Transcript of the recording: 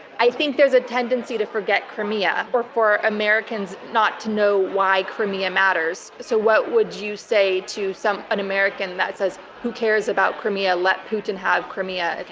i think there's a tendency to forget crimea or for americans not to know why crimea matters. so what would you say to an american that says, who cares about crimea? let putin have crimea.